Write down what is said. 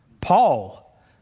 Paul